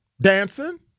Dancing